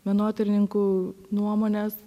menotyrininkų nuomonės